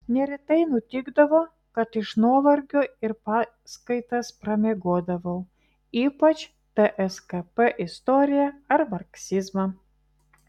neretai nutikdavo kad iš nuovargio ir paskaitas pramiegodavau ypač tskp istoriją ar marksizmą